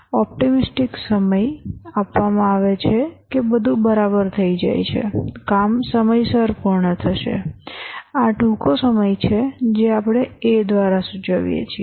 optimistic સમય આપવામાં આવે છે કે બધું બરાબર થઈ જાય છે કાર્ય સમયસર પૂર્ણ થશે આ ટૂંકો સમય છે જે આપણે a દ્વારા સૂચવીએ છીએ